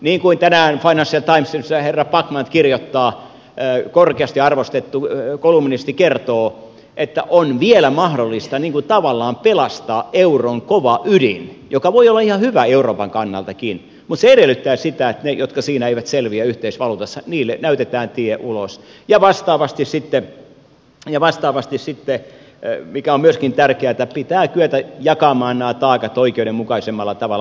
niin kuin tänään financial timesissa herra rachman kirjoittaa korkeasti arvostettu kolumnisti kertoo on vielä mahdollista tavallaan pelastaa euron kova ydin joka voi olla ihan hyväkin euroopan kannalta mutta se edellyttää sitä että niille jotka eivät selviä yhteisvaluutassa näytetään tie ulos ja vastaavasti sitten mikä on myöskin tärkeätä pitää kyetä jakamaan nämä taakat oikeudenmukaisemmalla tavalla